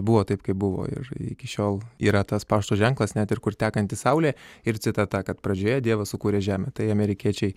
buvo taip kaip buvo ir iki šiol yra tas pašto ženklas net ir kur tekanti saulė ir citata kad pradžioje dievas sukūrė žemę tai amerikiečiai